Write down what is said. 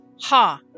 Ha